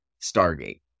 Stargate